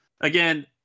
Again